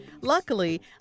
Luckily